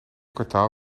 kwartaal